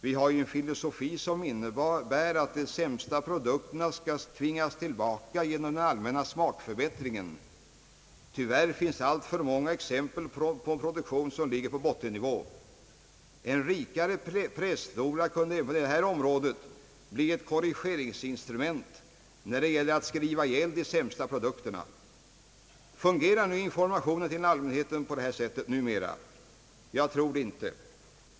Vi har ju en filosofi som innebär att de sämsta produkterna skall tvingas tillbaka genom den allmänna smakförbättringen. Tyvärr finns alltför många exempel på en produktion som ligger på bottennivå. En rikare pressflora kunde även på detta område bli ett korrigeringsinstrument när det gäller att skriva ihjäl de sämsta produkterna. Fungerar informationen till allmänheten på detta sätt numera? Jag tror det inte.